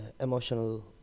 Emotional